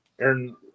Aaron